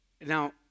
Now